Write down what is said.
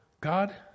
God